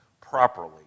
properly